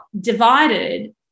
divided